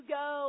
go